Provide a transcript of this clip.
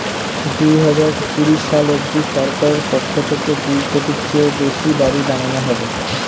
দুহাজার কুড়ি সাল অবধি সরকারের পক্ষ থেকে দুই কোটির চেয়েও বেশি বাড়ি বানানো হবে